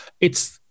It's-